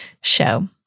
show